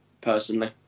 personally